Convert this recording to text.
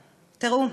תראו,